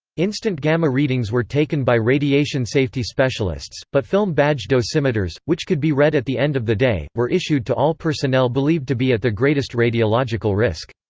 instant gamma readings were taken by radiation safety specialists, but film-badge dosimeters, which could be read at the end of the day, were issued to all personnel believed to be at the greatest radiological risk.